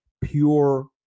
pure